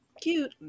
Cute